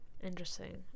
Interesting